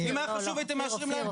אם זה היה חשוב לכם הייתם מאשרים להם